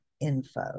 info